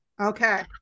Okay